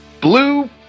Blue